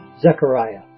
Zechariah